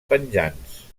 penjants